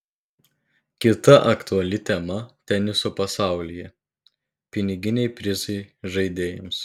kita aktuali tema teniso pasaulyje piniginiai prizai žaidėjams